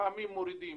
לפעמים מורידים,